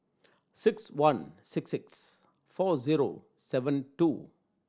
six one six six four zero seven two